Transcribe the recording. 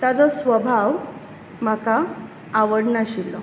ताजो स्वभाव म्हाका आवड नाशिल्लो